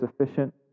sufficient